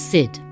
Sid